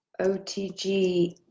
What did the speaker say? OTG